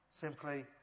Simply